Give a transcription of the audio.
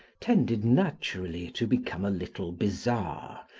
tended naturally to become a little bizarre,